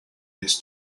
his